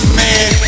man